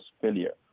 failure